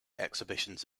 exhibitions